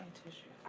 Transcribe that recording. tissue?